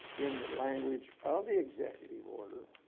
in the language of the executive order,